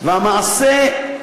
והמעשה,